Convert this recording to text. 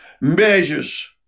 measures